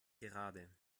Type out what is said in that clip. gerade